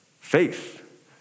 faith